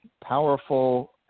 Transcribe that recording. powerful